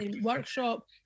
workshop